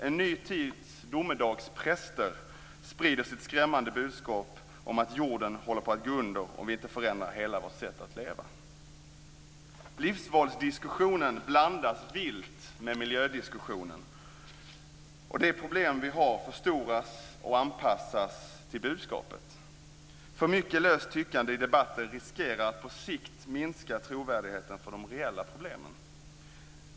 En ny tids domedagspräster sprider sitt skrämmande budskap om att jorden håller på att gå under om vi inte förändrar hela vårt sätt att leva. Livsvalsdiskussionen blandas vilt med miljödiskussionen. De problem vi har förstoras och anpassas till budskapet. För mycket löst tyckande i debatter riskerar att på sikt minska trovärdigheten för de reella problemen.